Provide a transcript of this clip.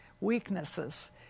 weaknesses